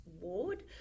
ward